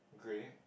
grey